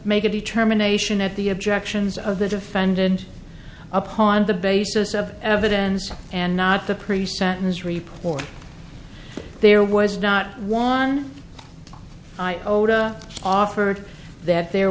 make a determination at the objections of the defendant upon the basis of evidence and not the pre sentence report there was not one i oda offered that there